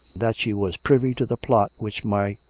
that she was privy to the plot which my.